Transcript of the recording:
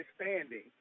standing